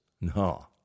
No